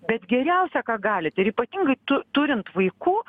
bet geriausia ką galit ir ypatingai tu turint vaikų